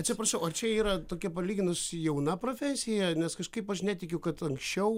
atsiprašau ar čia yra tokia palyginus jauna profesija nes kažkaip aš netikiu kad anksčiau